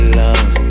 love